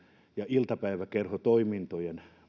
ja iltapäiväkerhotoiminnoista